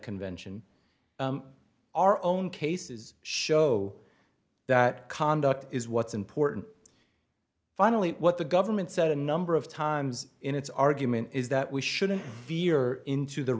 convention our own cases show that conduct is what's important finally what the government said a number of times in its argument is that we shouldn't veer into the